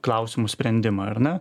klausimų sprendimą ar ne